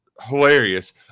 hilarious